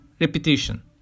repetition